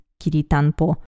Kiritanpo